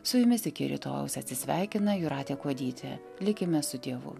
su jumis iki rytojaus atsisveikina jūratė kuodytė likime su dievu